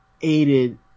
aided